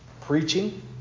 preaching